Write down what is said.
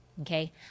okay